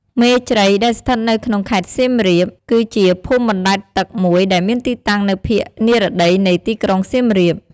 មេជ្រៃ ដែលស្ថិតនៅក្នុង ខេត្តសៀមរាប គឺជាភូមិបណ្ដែតទឹកមួយដែលមានទីតាំងនៅភាគនិរតីនៃទីក្រុងសៀមរាប។